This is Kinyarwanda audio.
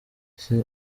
ese